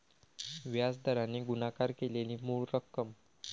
व्याज दराने गुणाकार केलेली मूळ रक्कम